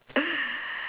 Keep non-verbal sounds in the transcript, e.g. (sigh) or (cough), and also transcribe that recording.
(noise)